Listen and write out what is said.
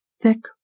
thick